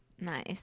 Nice